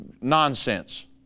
nonsense